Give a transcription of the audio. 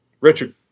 Richard